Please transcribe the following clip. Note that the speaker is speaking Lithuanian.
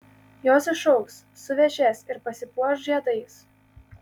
jos išaugs suvešės ir pasipuoš žiedais